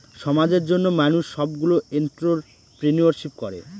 সমাজের জন্য মানুষ সবগুলো এন্ট্রপ্রেনিউরশিপ করে